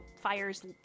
fires